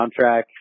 soundtrack